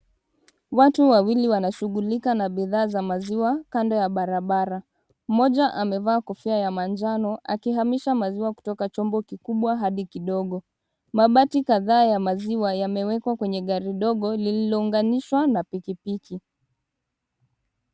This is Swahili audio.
Watu wawili wanashughulika na bidhaa za maziwa kando ya barabara. Mmoja amevaa kofia ya manjano akihamisha maziwa kutoka chombo kikubwa hadi kidogo. Mabati kadhaa ya maziwa yamewekwa kwenye gari dogo lililounganishwa na pikipiki.